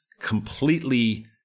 completely